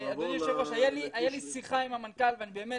אדוני היושב ראש, הייתה לי שיחה עם המנכ"ל ובאמת